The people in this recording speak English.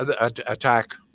attack